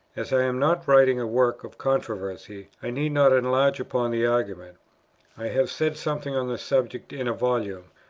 as i am not writing a work of controversy, i need not enlarge upon the argument i have said something on the subject in a volume,